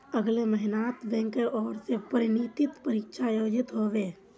अगले महिनात बैंकेर ओर स प्रोन्नति परीक्षा आयोजित ह बे